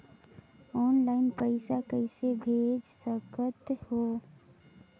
Online पइसा कइसे भेज सकत हो?